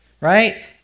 right